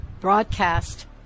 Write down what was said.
broadcast